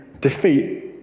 Defeat